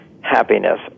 happiness